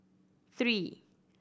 three